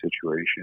situation